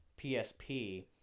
PSP